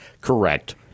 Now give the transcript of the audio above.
Correct